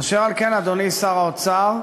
אשר על כן, אדוני שר האוצר,